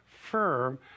firm